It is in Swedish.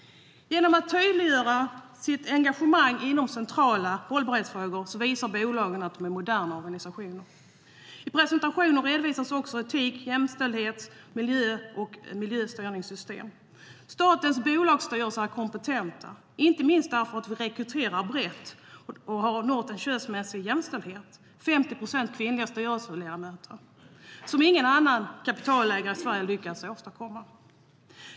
Genom att tydliggöra sitt engagemang inom centrala hållbarhetsfrågor visar bolagen att de är moderna organisationer.I presentationen redovisas också etik, jämställdhets och miljöpolicy samt miljöledningssystem. Statens bolagsstyrelser är kompetenta, inte minst därför att vi rekryterar brett och därför har nått en könsmässig jämställdhet, 50 procent kvinnliga styrelseledamöter, som ingen annan kapitalägare i Sverige har lyckats åstadkomma.